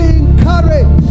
encourage